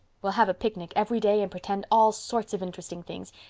we'll have a picnic every day and pretend all sorts of interesting things,